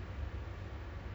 I prefer